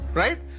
right